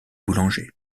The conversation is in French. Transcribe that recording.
boulanger